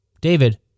David